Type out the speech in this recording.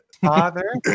Father